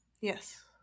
Yes